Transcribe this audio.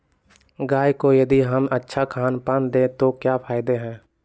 गाय को यदि हम अच्छा खानपान दें तो क्या फायदे हैं?